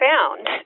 Found